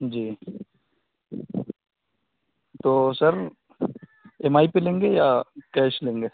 جی تو sir EMI پہ لیں گے یا کیش لیں گے